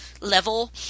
level